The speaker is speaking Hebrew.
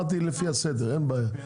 עוד מישהו רוצה לדבר?